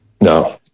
no